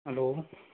hello